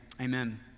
Amen